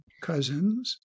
cousins